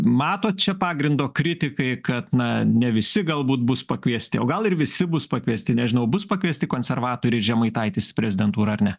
matot čia pagrindo kritikai kad na ne visi galbūt bus pakviesti o gal ir visi bus pakviesti nežinau bus pakviesti konservatoriai žemaitaitis į prezidentūrą ar ne